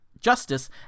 Justice